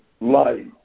light